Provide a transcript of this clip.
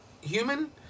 human